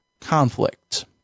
conflict